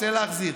רוצה להחזיר.